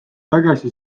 tagasi